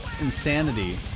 insanity